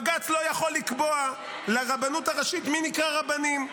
בג"ץ לא יכול לקבוע לרבנות הראשית מי נקראים רבנים.